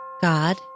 God